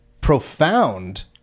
profound